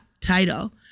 title